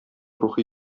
рухи